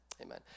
Amen